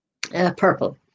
Purple